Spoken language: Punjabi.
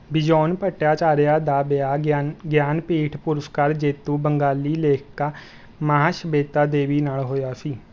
ਬਿਜੋਨ ਭੱਟਾਚਾਰਿਆ ਦਾ ਵਿਆਹ ਗਿਆਨ ਗਿਆਨਪੀਠ ਪੁਰਸਕਾਰ ਜੇਤੂ ਬੰਗਾਲੀ ਲੇਖਿਕਾ ਮਹਾਸ਼ਵੇਤਾ ਦੇਵੀ ਨਾਲ ਹੋਇਆ ਸੀ